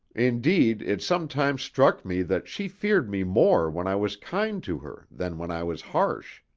indeed, it sometimes struck me that she feared me more when i was kind to her than when i was harsh.